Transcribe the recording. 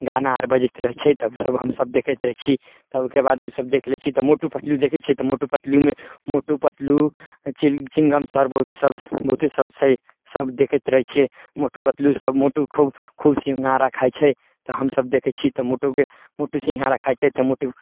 गाना आर बजैत रहै छै तब सब हमसब देखैत रहै छी तब ओहिके बाद सब देख लै छियै तऽ मोटु पतलु देखै छियै तऽ मोटु पतलुमे मोटु पतलुमे चिंगम सर बहुते सब बहुते सब छै सब देखैत रहै छियै मोटु पतलु सब मोटु खूब खुब सिंगहारा खाइ छै तऽ हमसब देखै छियै तऽ मोटुके मोटु सिंगहारा खाइ छै तऽ मोटु